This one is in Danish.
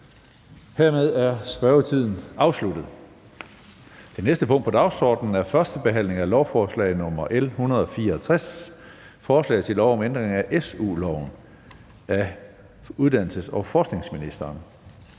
Hermed er spørgetiden afsluttet. --- Det næste punkt på dagsordenen er: 4) 1. behandling af lovforslag nr. L 164: Forslag til lov om ændring af SU-loven. (Reform af SU-systemet